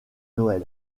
noël